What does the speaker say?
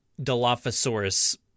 Dilophosaurus